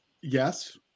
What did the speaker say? yes